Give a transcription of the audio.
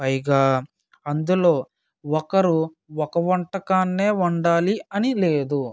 పైగా అందులో ఒకరు ఒక వంటకాన్నే వండాలి అని లేదు